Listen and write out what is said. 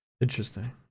Interesting